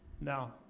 Now